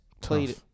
played